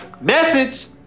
Message